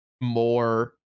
more